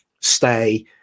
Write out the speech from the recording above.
stay